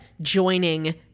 joining